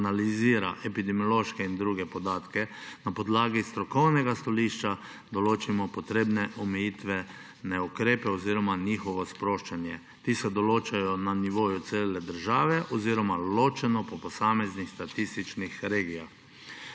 analizira epidemiološke in druge podatke. Na podlagi strokovnega stališča določimo potrebne omejitvene ukrepe oziroma njihovo sproščanje. Ti se določajo na nivoju cele države oziroma ločeno po posameznih statističnih regijah.